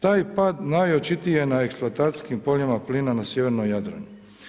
Taj pad najočitije na eksploatacijskim poljima plina na sjevernom Jadranu.